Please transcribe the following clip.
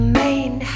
main